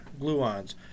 gluons